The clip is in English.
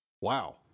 wow